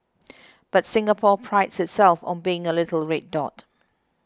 but Singapore prides itself on being a little red dot